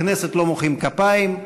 בכנסת לא מוחאים כפיים,